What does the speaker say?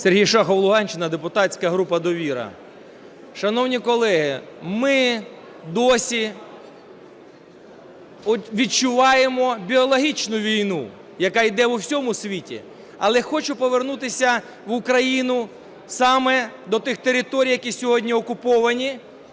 Сергій Шахов, Луганщина, депутатська група "Довіра". Шановні колеги, ми досі відчуваємо біологічну війну, яка йде у всьому світі. Але хочу повернутися в Україну саме до тих територій, які сьогодні окуповані.